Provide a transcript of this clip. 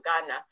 Ghana